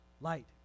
Light